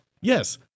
Yes